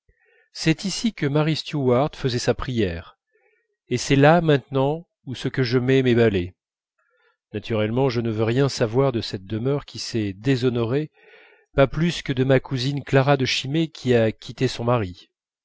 c'est ici que marie stuart faisait sa prière et c'est là maintenant où ce que je mets mes balais naturellement je ne veux rien savoir de cette demeure qui s'est déshonorée pas plus que de ma cousine clara de chimay qui a quitté son mari